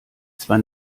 zwar